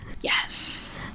Yes